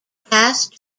past